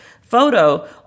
photo